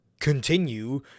continue